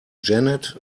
janet